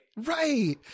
Right